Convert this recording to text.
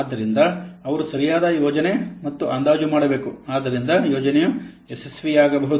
ಆದ್ದರಿಂದ ಅವರು ಸರಿಯಾದ ಯೋಜನೆ ಮತ್ತು ಅಂದಾಜು ಮಾಡಬೇಕು ಅದರಿಂದ ಯೋಜನೆಯು ಯಶಸ್ವಿಯಾಗಬಹುದು